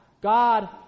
God